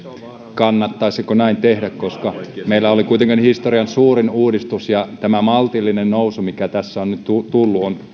kannattaisiko näin tehdä koska meillä oli kuitenkin historian suurin uudistus ja tämä maltillinen nousu mikä tässä on nyt tullut